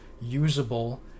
usable